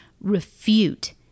refute